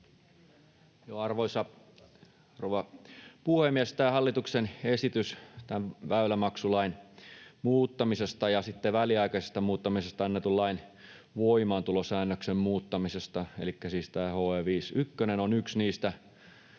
rouva puhemies! Tämä hallituksen esitys väylämaksulain muuttamisesta ja väliaikaisesta muuttamisesta annetun lain voimaantulosäännöksen muuttamisesta, elikkä siis